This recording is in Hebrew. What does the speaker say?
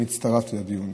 אני הצטרפתי לדיון.